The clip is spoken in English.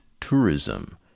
tourism